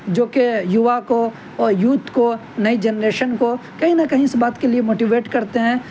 جو کہ یووا کو اور یوتھ کو نئی جنریشن کو کہیں نہ کہیں اس بات کے لیے موٹی ویٹ کرتے ہیں کہ